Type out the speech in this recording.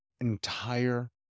entire